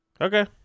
okay